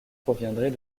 proviendrait